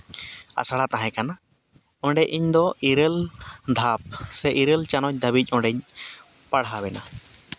ᱟᱥᱲᱟ ᱛᱟᱦᱮᱸ ᱠᱟᱱᱟ ᱚᱸᱰᱮ ᱤᱧᱫᱚ ᱤᱨᱟᱹᱞ ᱫᱷᱟᱯ ᱥᱮ ᱤᱨᱟᱹᱞ ᱪᱟᱱᱟᱪ ᱫᱷᱟᱹᱵᱤᱡ ᱚᱸᱰᱮᱧ ᱯᱟᱲᱦᱟᱣ ᱮᱱᱟ